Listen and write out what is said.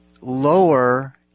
lower